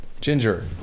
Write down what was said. ginger